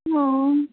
অঁ